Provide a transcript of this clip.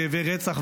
תאבי רצח,